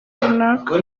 runaka